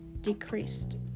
decreased